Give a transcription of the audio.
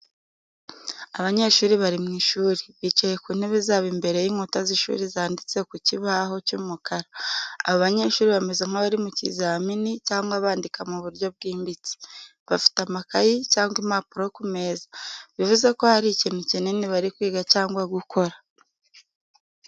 Abanyeshuri bari mu ishuri, bicaye ku ntebe zabo imbere y’inkuta z’ishuri zanditseho ku kibaho cy’umukara. Abo banyeshuri bameze nk’abari mu kizamini cyangwa bandika mu buryo bwimbitse. Bafite amakayi cyangwa impapuro ku meza, bivuze ko hari ikintu kinini bari kwiga cyangwa gukora.